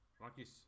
Raki's